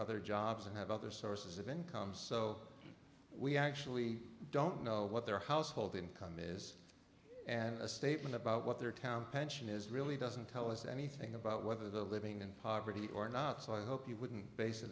other jobs and have other sources of income so we actually don't know what their household income is a statement about what their town pension is really doesn't tell us anything about whether the living in poverty or not so i hope you wouldn't base a